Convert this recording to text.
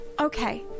Okay